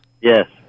Yes